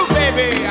baby